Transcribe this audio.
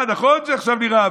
נכון שעכשיו נראה,